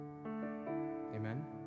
Amen